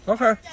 Okay